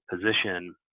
position